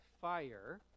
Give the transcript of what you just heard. fire